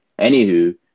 anywho